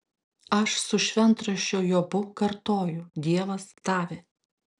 aš su šventraščio jobu kartoju dievas davė